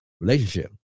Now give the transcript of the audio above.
relationship